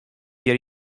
jier